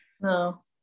No